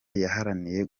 yaharaniye